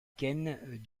ken